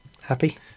Happy